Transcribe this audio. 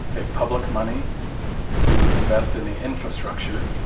like public money to invest in the infrastructure,